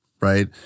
right